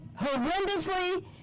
horrendously